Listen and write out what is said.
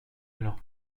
gland